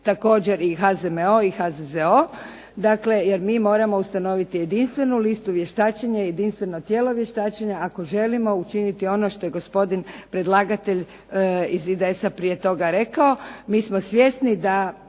također i HZMO i HZZO jer mi moramo ustanoviti jedinstvenu listu vještačenja i jedinstveno tijelo vještačenja ako želimo učiniti ono što je gospodin predlagatelj iz IDS-a prije toga rekao. Mi smo svjesni da